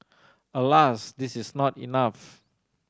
alas this is not enough